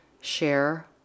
share